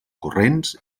corrents